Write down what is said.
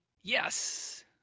yes